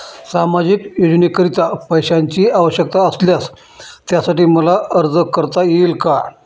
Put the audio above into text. सामाजिक योजनेकरीता पैशांची आवश्यकता असल्यास त्यासाठी मला अर्ज करता येईल का?